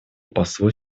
послу